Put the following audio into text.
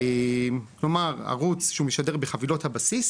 כלומר ערוץ שהוא משדר בחבילות הבסיס